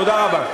תודה רבה.